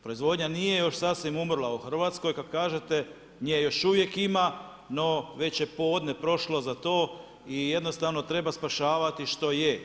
Proizvodnja nije još sasvim umrla u RH kad kažete, nje još uvijek ima no već je podne prošlo za to i jednostavno treba spašavati što je.